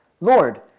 Lord